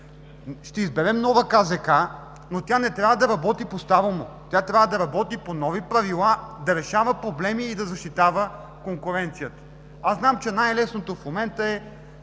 Ще изберем нова КЗК, но тя не трябва да работи по старому. Тя трябва да работи по нови правила, да решава проблеми и да защитава конкуренцията. Знам, че най-лесното в момента е